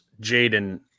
Jaden